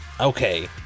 Okay